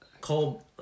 Cold